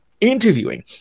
interviewing